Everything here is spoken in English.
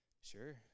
sure